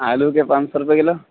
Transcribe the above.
آلو کیا پانچ سو روپیہ کلو